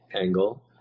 angle